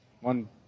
One